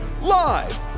live